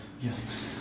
Yes